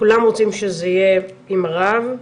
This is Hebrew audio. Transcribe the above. כולם רוצים שזה יהיה עם רב,